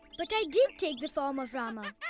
but i did take the form of rama,